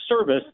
service